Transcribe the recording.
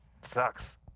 Sucks